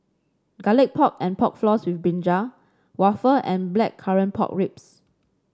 Garlic Pork and Pork Floss with brinjal waffle and Blackcurrant Pork Ribs